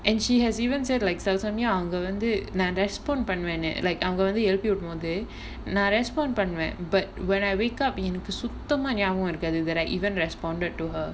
and she has even said like சில சமயோ அங்க வந்து நா:sila samayo anga vanthu naa respond பண்ணுவனு:pannuvanu like அவங்க வந்து எழுப்பி விடுபோது நா:avanga vanthu elupi vidupothu naa respond பண்ணுவேன்:pannuvaen but when I wake up எனக்கு சுத்தமா ஞாபகம் இருக்காது:enakku suthamaa nyabagam irukaathu that I even responded to her